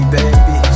baby